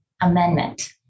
amendment